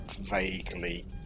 vaguely